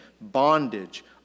bondage